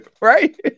right